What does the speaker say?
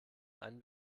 einen